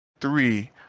three